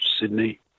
Sydney